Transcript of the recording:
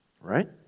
Right